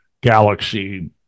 galaxy